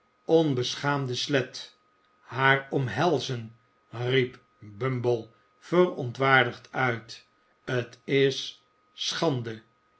onbeschaamde slet haar omhelzen riep bumble verontwaardigd uit t is schande